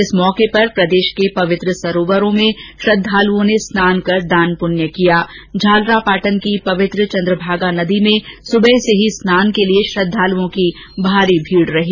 इस मौके पर प्रदेश के पवित्र सरोवरों में श्रद्धालुओं ने स्नान कर दानपुण्य किया था झालरापाटन की पवित्र चन्द्रभागा नदी में सुबह से हो स्नान के लिए श्रद्वालुओं की भारी भीड़ रही